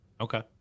Okay